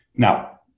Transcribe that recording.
Now